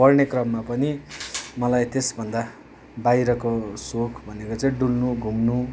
पढ्ने क्रममा पनि मलाई त्यसभन्दा बाहिरको सोख भनेको चाहिँ डुल्नु घुम्नु